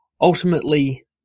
Ultimately